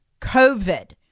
COVID